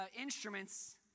instruments